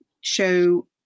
show